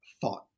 thought